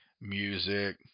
music